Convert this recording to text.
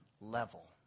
level